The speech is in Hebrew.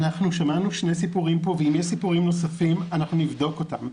אנחנו שמענו שני סיפורים פה ואם יש סיפורים נוספים אנחנו נבדוק אותם.